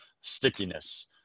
stickiness